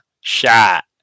shot